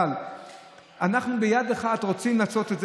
אבל אנחנו ביד אחת רוצים לעשות את זה